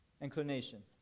inclination